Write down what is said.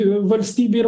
valstybei ir